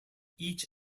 each